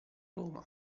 roma